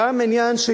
וגם עניין של,